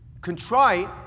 Contrite